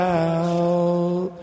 out